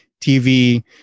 TV